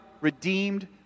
redeemed